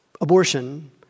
Abortion